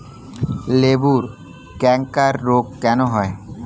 লেবুর ক্যাংকার রোগ কেন হয়?